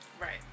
Right